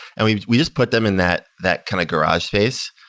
and we we just put them in that that kind of garage space.